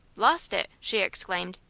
lost it! she exclaimed.